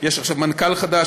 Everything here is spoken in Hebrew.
יש עכשיו מנכ"ל חדש,